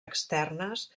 externes